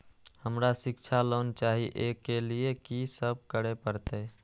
हमरा शिक्षा लोन चाही ऐ के लिए की सब करे परतै?